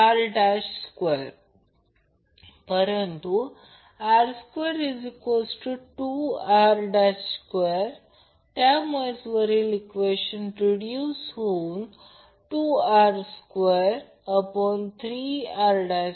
तर जर लांबी l असेल आणि सिंगल फेज केसमध्ये रेडियस r असेल तर pi r 2l